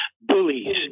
bullies